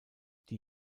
die